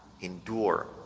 endure